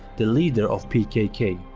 the leader of pkk.